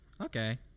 Okay